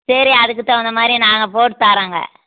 சரி அதுக்கு தகுந்த மாதிரி நாங்கள் போட்டுத் தாரோங்க